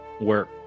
work